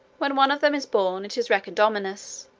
when one of them is born, it is reckoned ominous,